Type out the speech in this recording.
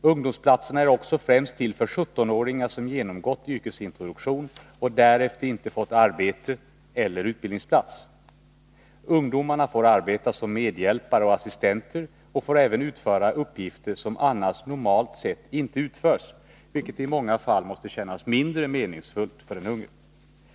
Ungdomsplatserna är också främst till för 17-åringar som genomgått yrkesintroduktionen och därefter inte fått arbete eller utbildningsplats. Ungdomarna får arbeta som medhjälpare och assistenter och får även utföra uppgifter som annars normalt inte utförs — vilket i många fall måste kännas mindre meningsfullt för ungdomarna.